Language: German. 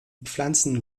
pflanzen